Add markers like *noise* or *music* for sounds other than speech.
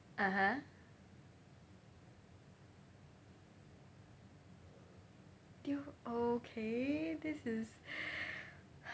(uh huh) deal okay this is *breath*